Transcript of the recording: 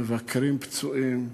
מבקרים פצועים,